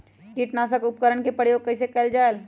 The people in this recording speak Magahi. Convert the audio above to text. किटनाशक उपकरन का प्रयोग कइसे कियल जाल?